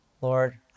Lord